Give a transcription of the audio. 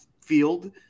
field